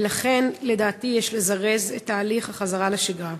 ולכן, לדעתי, יש לזרז את תהליך החזרה לשגרה.